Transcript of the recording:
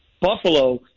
Buffalo